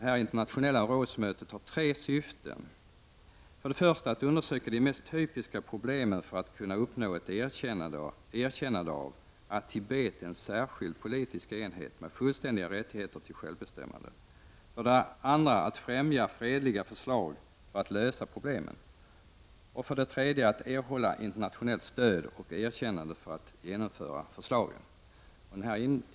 Det internationella rådsmötet har tre syften: För det första att undersöka de mest typiska problemen för att kunna uppnå ett erkännande av att Tibet är en särskild politisk enhet med fullständiga rättigheter till självbestämmande. För det andra att främja fredliga förslag för att lösa problemen. För det tredje att erhålla internationellt stöd och erkännande för att genomföra förslagen.